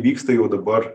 vyksta jau dabar